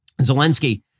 Zelensky